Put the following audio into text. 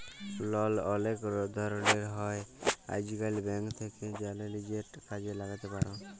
লল অলেক ধরলের হ্যয় আইজকাল, ব্যাংক থ্যাকে জ্যালে লিজের কাজে ল্যাগাতে পার